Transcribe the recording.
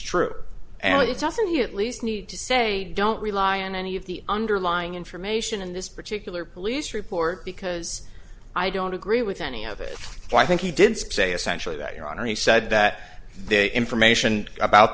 true and it's also he at least need to say don't rely on any of the underlying information in this particular police report because i don't agree with any of it so i think he did say essentially that your honor he said that they information about